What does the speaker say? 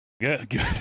Good